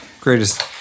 Greatest